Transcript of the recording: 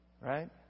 Right